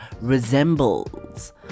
resembles